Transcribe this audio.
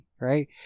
right